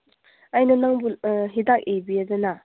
ꯑꯩꯅ ꯅꯪꯕꯨ ꯍꯤꯗꯥꯛ ꯏꯕꯤꯗꯅ